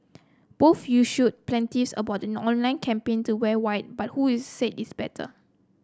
both issued plenty about the online campaign to wear white but who is said its better